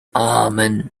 amen